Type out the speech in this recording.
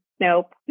Nope